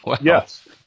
Yes